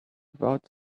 without